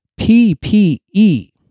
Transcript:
PPE